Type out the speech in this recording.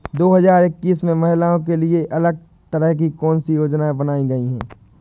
दो हजार इक्कीस में महिलाओं के लिए अलग तरह की कौन सी योजना बनाई गई है?